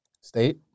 state